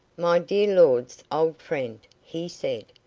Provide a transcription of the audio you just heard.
my dear lord's old friend, he said.